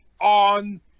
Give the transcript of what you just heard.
on